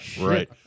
right